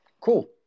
cool